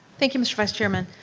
thank you, mr. vice chairman.